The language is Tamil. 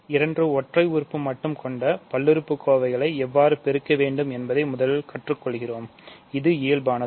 இரண்டு ஒற்றை உறுப்பு மட்டும் கொண்ட பல்லுறுப்புக்கோவைகளை எவ்வாறு பெருக்க வேண்டும் என்பதை முதலில் கற்றுக்கொள்கிறோம் அது இயல்யானது